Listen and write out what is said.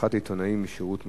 הדחת עיתונאי משירות מילואים.